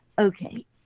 okay